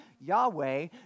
Yahweh